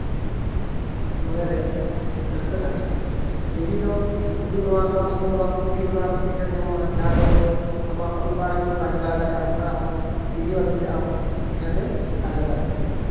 ᱢᱚᱱᱮ ᱨᱮ ᱨᱟᱹᱥᱠᱟᱹ ᱥᱟᱨᱥᱟᱜᱼᱟ ᱴᱤᱵᱷᱤ ᱫᱚ ᱥᱩᱫᱩ ᱚᱱᱟ ᱱᱚᱣᱟ ᱠᱚ ᱥᱩᱢᱩᱝ ᱫᱚ ᱵᱟᱝ ᱴᱤᱵᱷᱤ ᱠᱷᱚᱱᱟᱜ ᱟᱨᱚ ᱥᱤᱠᱷᱱᱟᱹᱛ ᱧᱟᱢᱚᱜᱼᱟ ᱡᱟᱦᱟᱸ ᱫᱚ ᱦᱳᱭᱛᱳ ᱟᱢᱟᱜ ᱚᱞᱚᱜ ᱯᱟᱲᱟᱜ ᱨᱮ ᱦᱳᱭᱛᱳ ᱠᱟᱡᱽ ᱨᱮ ᱞᱟᱜᱟᱣ ᱫᱟᱲᱮᱭᱟᱜᱼᱟ ᱚᱱᱠᱟᱱᱟᱜ ᱦᱚᱸ ᱦᱳᱭᱛᱳ ᱴᱤᱵᱷᱤ ᱢᱟᱫᱽᱫᱷᱚᱢ ᱛᱮ ᱟᱢ ᱥᱤᱠᱷᱱᱟᱹᱛᱮᱢ ᱟᱨᱡᱟᱣ ᱫᱟᱲᱮᱭᱟᱜᱼᱟ